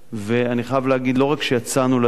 אני חייב להגיד שלא רק שיצאנו לדרך,